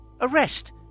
Arrest